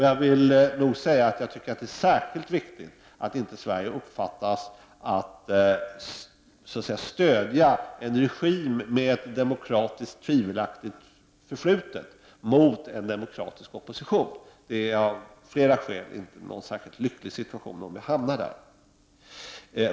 Särskilt viktigt tycker jag det är att Sverige inte uppfattas stödja en regim med ett demokratiskt tvivelaktigt förflutet mot en demokratisk opposition. Det är av flera skäl inte någon speciellt lycklig situation.